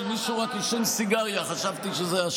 תני לי עכשיו לפחות לדבר.